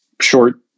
short